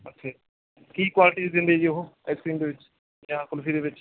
ਅੱਛਾ ਕੀ ਕੁਆਲਿਟੀ ਦਿੰਦੇ ਜੀ ਉਹ ਆਈਸ ਕ੍ਰੀਮ ਦੇ ਵਿੱਚ ਜਾਂ ਕੁਲਫੀ ਦੇ ਵਿੱਚ